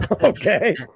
Okay